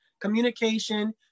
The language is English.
Communication